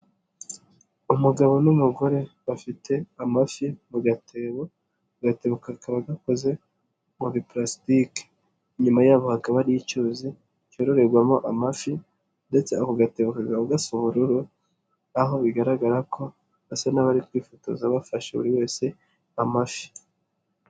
Umugabo n'umugore bafite amafi mu gatebo agatebo kakaba gakoze mu biparasitike, inyuma yaho hakaba ari icyuzi cyororerwamo amafi ndetse ako gatebo kakaba gasa ubururu, aho bigaragara ko basa n'abari kwifotoza bafashe buri wese amafi.